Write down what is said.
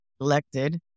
elected